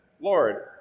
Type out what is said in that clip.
Lord